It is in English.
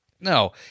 No